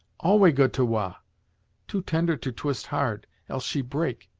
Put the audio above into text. alway good to wah too tender to twist hard else she break.